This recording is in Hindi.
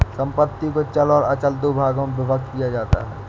संपत्ति को चल और अचल दो भागों में विभक्त किया जाता है